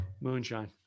Moonshine